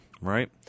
right